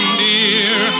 dear